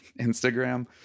Instagram